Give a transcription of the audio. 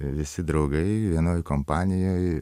visi draugai vienoj kompanijoj